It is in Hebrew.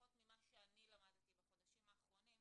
לפחות ממה שאני למדתי בחודשים האחרונים,